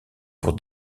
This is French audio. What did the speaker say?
pour